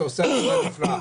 שעושה עבודה נפלאה.